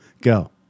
go